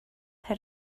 had